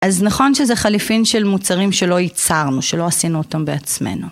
אז נכון שזה חליפין של מוצרים שלא ייצרנו, שלא עשינו אותם בעצמנו.